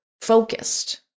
focused